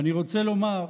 ואני רוצה לומר,